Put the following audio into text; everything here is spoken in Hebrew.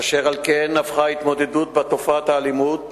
אשר על כן הפכה ההתמודדות עם תופעת האלימות